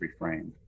reframed